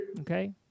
Okay